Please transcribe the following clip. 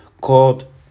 called